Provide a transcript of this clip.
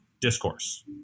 discourse